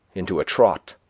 into a trot.